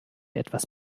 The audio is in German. etwas